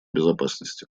безопасности